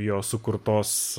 jo sukurtos